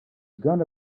gonna